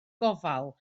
gofal